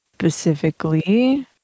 Specifically